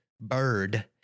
bird